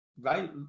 right